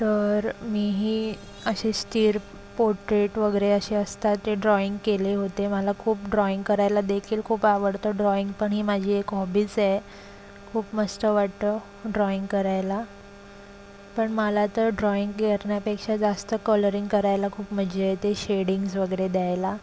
तर मीही अशी स्थिर पोर्ट्रेट वगैरे असे असतात ते ड्रॉईंग केले होते मला खूप ड्रॉईंग करायला देखील खूप आवडतं ड्रॉईंग पण ही माझी एक हॉबीच आहे खूप मस्त वाटतं ड्रॉईंग करायला पण मला तर ड्रॉईंग करण्यापेक्षा जास्त कलरिंग करायला खूप मजा येते शेडिंग्ज वगैरे द्यायला